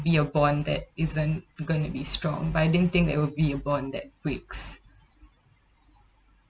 be a bond that isn't going to be strong but I didn't think that'll be a bond that weaks